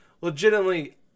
legitimately